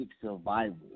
survival